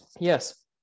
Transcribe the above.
Yes